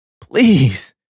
please